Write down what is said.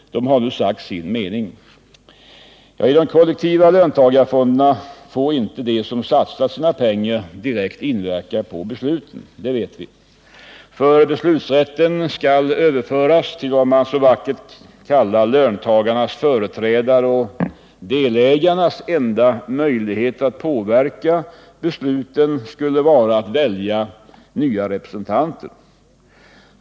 De har nu sagt sin mening. I de kollektiva löntagarfonderna får inte de som satsat sina pengar direkt inverka på besluten. Det vet vi. Beslutsrätten skall överföras till vad som så vackert kallas löntagarnas företrädare, och delägarnas enda möjlighet att påverka besluten skulle vara att välja nya representanter.